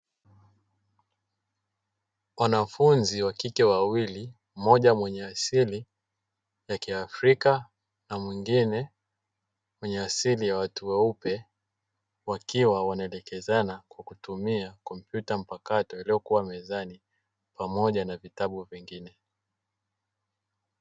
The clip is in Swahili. Wanafunzi wa kike wawili, mmoja mwenye asili ya kiafrika na mwingine mwenye asili ya watu weupe wakiwa wanaelekezana kwa kutumia tarakirishi mpakato iliyokuwa mezani pamoja na vitabu vingine.